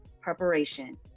preparation